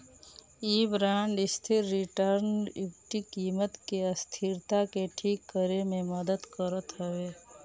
इ बांड स्थिर return equity कीमत के अस्थिरता के ठीक करे में मदद करत हवे